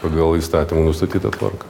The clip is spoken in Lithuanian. pagal įstatymų nustatytą tvarką